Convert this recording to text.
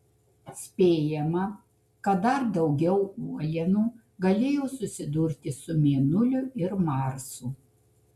spėjama kad dar daugiau uolienų galėjo susidurti su mėnuliu ir marsu